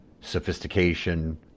sophistication